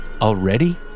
already